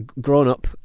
grown-up